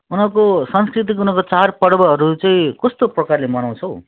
उनीहरूको सांस्कृतिक उनीहरूको चाडपर्वहरू चाहिँ कस्तो प्रकारले मनाउँछ